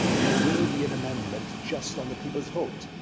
there will be an amendment just on the people's vote,